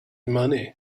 money